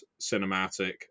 cinematic